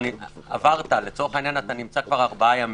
אם אתה נמצא כבר ארבעה ימים,